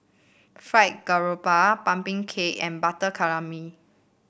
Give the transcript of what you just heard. Fried Garoupa pumpkin cake and Butter Calamari